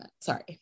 Sorry